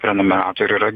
prenumeratorių yra